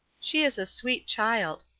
she is a sweet child.